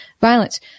violence